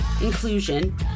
inclusion